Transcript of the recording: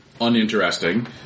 uninteresting